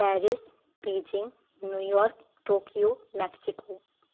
Paris Beijing New York Tokyo Mexico